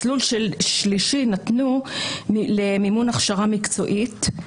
מסלול שלישי, נתנו למימון הכשרה מקצועית.